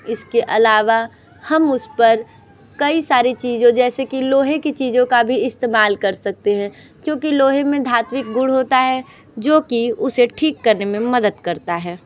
इसके अलावा हम उस पर कई सारी चीज़ों जैसे कि लोहे की चीज़ों का भी इस्तेमाल कर सकते हैं क्योंकि लोहे में धात्विक गुण होता है जो कि उसे ठीक करने में मदद करता है